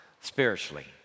spiritually